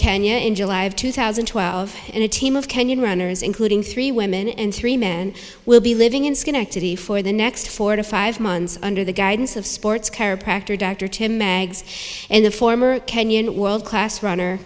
kenya in july two thousand and twelve in a team of kenyan runners including three women and three men will be living in schenectady for the next four to five months under the guidance have sports care pactor doctor ten mags and a former kenyan world class runner